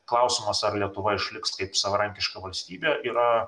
klausimas ar lietuva išliks kaip savarankiška valstybė yra